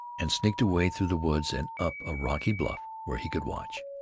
and sneaked away through the woods and up a rocky bluff where he could watch.